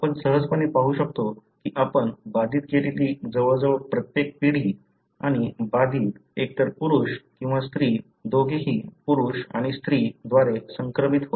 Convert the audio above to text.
आपण सहजपणे पाहू शकतो की आपण बाधित केलेली जवळजवळ प्रत्येक पिढी आणि बाधित एकतर पुरुष किंवा स्त्री दोघेही पुरुष आणि स्त्री द्वारे संक्रमित होते